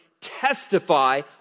testify